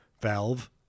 Valve